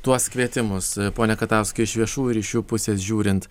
tuos kvietimus pone katauskai iš viešųjų ryšių pusės žiūrint